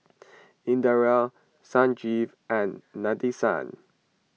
Indira Sanjeev and Nadesan